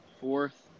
fourth